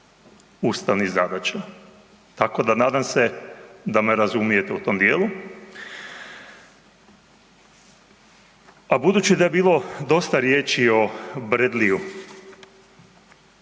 ustavnih zadaća. Tako da nadam se da me razumijete u tom djelu. A budući da je bilo dosta riječi o Bradleyju,